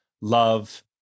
love